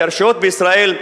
שהרשויות בישראל,